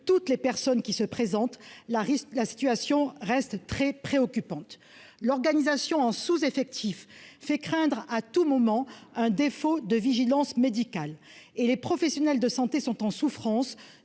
toutes les personnes qui se présentent la risque la situation reste très préoccupante, l'organisation en sous-effectifs fait craindre à tout moment un défaut de vigilance médicale et les professionnels de santé sont en souffrance